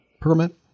permit